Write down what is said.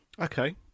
Okay